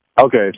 Okay